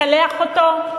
לקלח אותו?